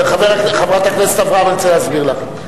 חברת הכנסת אברהם, אני רוצה להסביר לך.